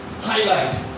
highlight